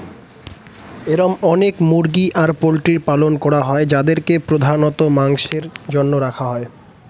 এরম অনেক মুরগি আর পোল্ট্রির পালন করা হয় যাদেরকে প্রধানত মাংসের জন্য রাখা হয়